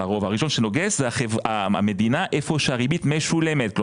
זו המדינה היכן שמשולמת הריבית.